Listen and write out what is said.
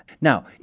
Now